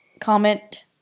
comment